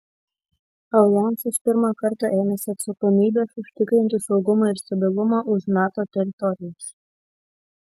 aljansas pirmą kartą ėmėsi atsakomybės užtikrinti saugumą ir stabilumą už nato teritorijos